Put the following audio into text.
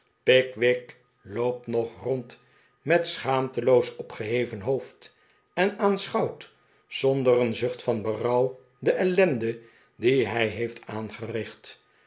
pickwick loopt nog rond met schaamteloos opgeheven hoofd en aanschouwt zonder een zucht van berouw de ellende die hij heeft aangericht